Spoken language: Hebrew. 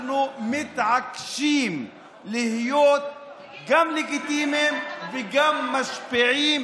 אנחנו מתעקשים להיות גם לגיטימיים וגם משפיעים,